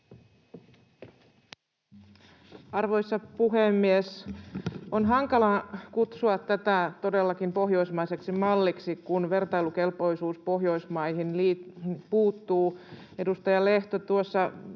Arvoisa puhemies! On hankala kutsua tätä todellakin pohjoismaiseksi malliksi, kun vertailukelpoisuus Pohjoismaihin puuttuu. Edustaja Lehto tuossa